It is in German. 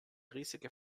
riesige